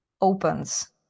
opens